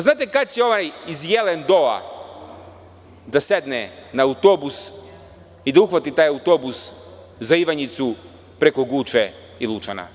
Znate kada će neko iz Jelen Dola da sedne na autobus i da uhvati taj autobus za Ivanjicu preko Guče i Lučana.